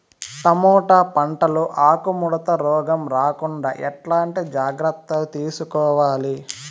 Tomato పంట లో ఆకు ముడత రోగం రాకుండా ఎట్లాంటి జాగ్రత్తలు తీసుకోవాలి?